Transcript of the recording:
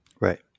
right